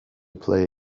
play